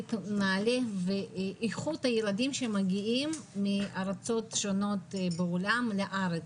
תוכנית נעל"ה ואיכות הילדים שמגיעים מהארצות השונות בעולם לארץ.